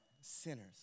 sinners